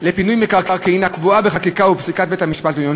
לפינוי מקרקעין הקבועה בחקיקה ובפסיקת בית-המשפט העליון,